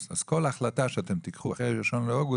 אז כל החלטה שאתם תיקחו אחרי ה-1 באוגוסט,